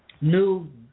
new